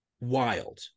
wild